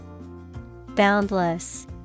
Boundless